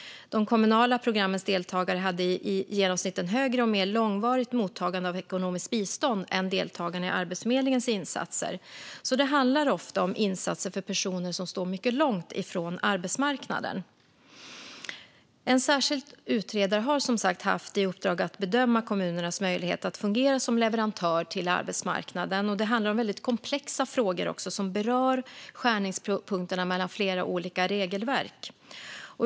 De kommunala programmens deltagare hade i genomsnitt ett högre och mer långvarigt mottagande av ekonomiskt bistånd än deltagarna i Arbetsförmedlingens insatser. Det handlar ofta om insatser för personer som står mycket långt från arbetsmarknaden. En särskild utredare har som sagt haft i uppdrag att bedöma kommunernas möjlighet att fungera som leverantör till arbetsmarknaden. Det handlar om väldigt komplexa frågor som berör skärningspunkterna mellan flera olika regelverk.